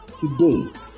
today